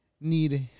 need